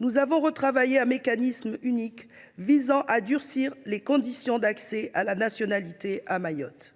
nous avons retravaillé un mécanisme unique durcissant les conditions d’accès à la nationalité à Mayotte.